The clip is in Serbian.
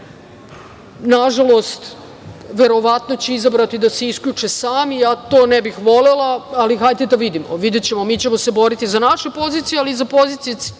nažalost, verovatno će izabrati da se isključe sami, ja to ne bih volela, ali hajde da vidimo. Mi ćemo se boriti za našu poziciju, ali i za poziciju